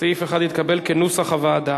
סעיף 1 נתקבל כנוסח הוועדה.